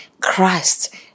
Christ